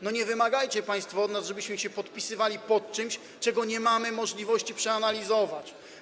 Nie wymagajcie państwo od nas, żebyśmy się podpisywali pod czymś, czego nie mamy możliwości przeanalizować.